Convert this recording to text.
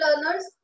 learners